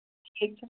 ٹھیٖک چھا